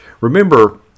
Remember